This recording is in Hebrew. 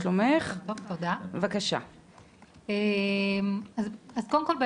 אז קודם כל,